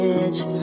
edge